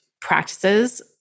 practices